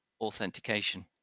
authentication